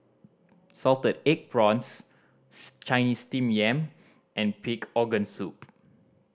salted egg prawns Chinese Steamed Yam and pig organ soup